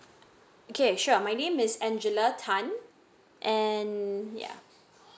okay sure my name is angela tan and ya